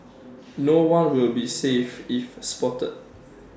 no one will be safe if spotted